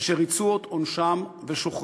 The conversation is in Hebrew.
אשר ריצו את עונשם ושוחררו.